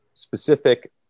specific